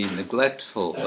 neglectful